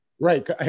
Right